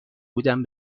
بودن